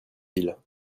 ils